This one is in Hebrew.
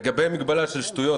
לגבי המגבלה של שטויות,